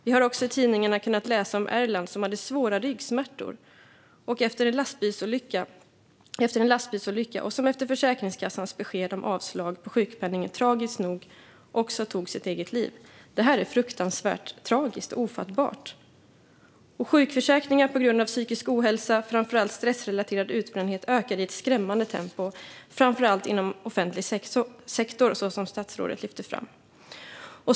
Vi har också i tidningarna kunnat läsa om Erland, som hade svåra ryggsmärtor efter en lastbilsolycka och som efter Försäkringskassans besked om avslag på ansökan om sjukpenning tragiskt nog tog sitt eget liv. Detta är fruktansvärt tragiskt och ofattbart. Sjukskrivningar på grund av psykisk ohälsa, framför allt stressrelaterad utbrändhet, ökar i ett skrämmande tempo, framför allt inom offentlig sektor, som statsrådet lyfte fram.